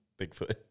Bigfoot